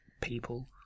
people